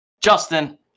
Justin